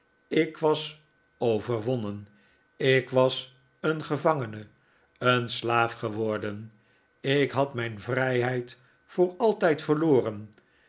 ik was overwonnen ik was een gev'angene een slaaf geworden ik had mijn vrijheid voor altijd verloren